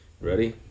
ready